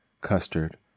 custard